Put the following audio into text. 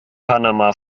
panama